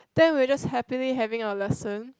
then we just happily having our lesson